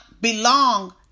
belong